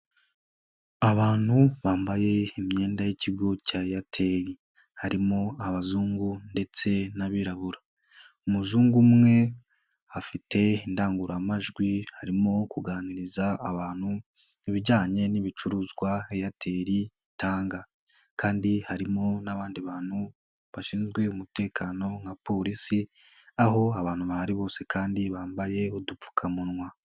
Abantu bambaye imyenda y'ikigo cya Airtel harimo abazungu ndetse n'abirabura, umuzungu umwe afite indangururamajwi arimo kuganiriza abantu ibijyanye n'ibicuruzwa Airtel itanga, kandi harimo n'abandi bantu bashinzwe umutekano nka polisi aho abantu bahari bose kandi bambaye udupfukamunwa.